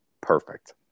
perfect